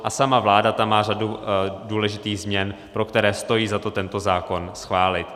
A sama vláda tam má řadu důležitých změn, pro které stojí za to tento zákon schválit.